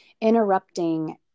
interrupting